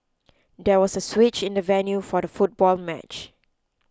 there was a switch in the venue for the football match